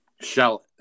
Shallot